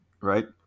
right